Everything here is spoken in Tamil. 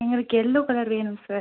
எங்களுக்கு எல்லோ கலர் வேணும் சார்